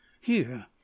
Here